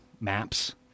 maps